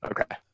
Okay